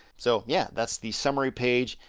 so, yeah, that's the summary page.